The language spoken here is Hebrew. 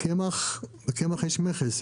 לקמח יש מכס.